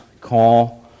call